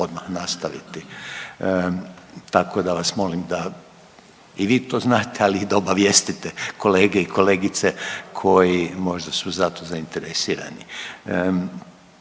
odmah nastaviti, tako da vas molim da i vi to znate, ali i da obavijestite kolege i kolegice koji možda su za to zainteresirani,